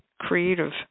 creative